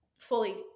fully